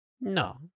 No